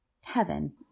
heaven